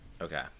okay